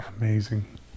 amazing